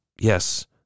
yes